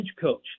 coach